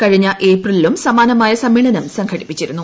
കഴിഞ്ഞ ഏപ്രിലിലും സമാനമായ സമ്മേളനം സംഘടിപ്പിച്ചിരുന്നു